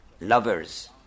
lovers